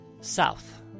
south